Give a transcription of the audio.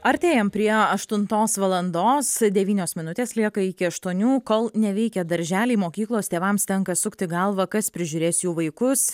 artėjam prie aštuntos valandos devynios minutės lieka iki aštuonių kol neveikia darželiai mokyklos tėvams tenka sukti galvą kas prižiūrės jų vaikus